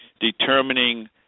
determining